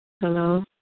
Hello